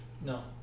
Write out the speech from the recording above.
No